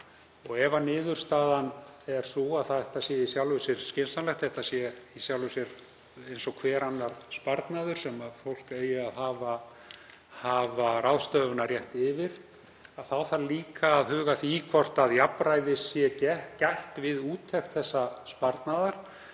Ef niðurstaðan er sú að þetta sé í sjálfu sér skynsamlegt, þetta sé í sjálfu sér eins og hver annar sparnaður sem fólk eigi að hafa ráðstöfunarrétt yfir, þarf líka að huga að því hvort jafnræðis sé gætt við úttekt þessa sparnaðar